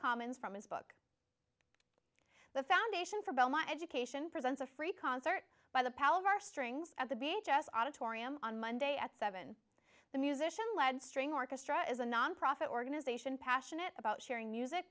commons from his book the foundation for belle my education presents a free concert by the palomar strings at the be a jazz auditorium on monday at seven the musician led string orchestra is a nonprofit organization passionate about sharing music